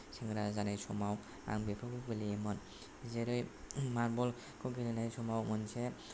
सेंग्रा जानाय समाव आं बेफोरखौ गेलेयोमोन जेरै मार्बलखौ गेलेनाय समाव मोनसे